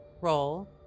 Roll